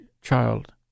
child